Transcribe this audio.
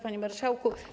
Panie Marszałku!